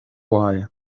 why